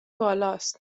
بالاست